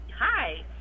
Hi